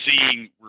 seeing